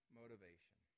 motivation